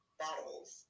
bottles